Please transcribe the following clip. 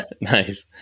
Nice